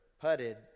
putted